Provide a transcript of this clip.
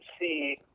see